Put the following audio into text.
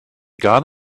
gone